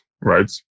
right